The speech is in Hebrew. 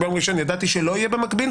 כי ביום ראשון ידעתי שלא יהיה במקביל,